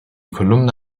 kolumne